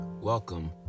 Welcome